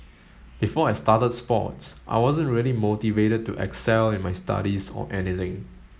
before I started sports I wasn't really motivated to excel in my studies or anything